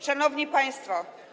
Szanowni Państwo!